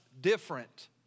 different